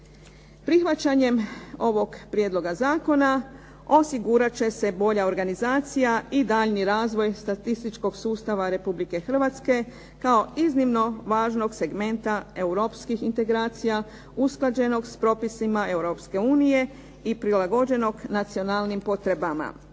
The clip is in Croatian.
Prihvaćanjem ovog prijedloga zakona osigurat će se bolja organizacija i daljnji razvoj statističkog sustava Republike Hrvatske kao iznimno važnog segmenta europskih integracija usklađenog sa propisima Europske unije i prilagođenog nacionalnim potrebama.